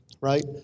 right